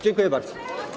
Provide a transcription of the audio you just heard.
Dziękuję bardzo.